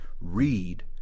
read